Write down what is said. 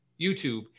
youtube